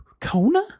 Kona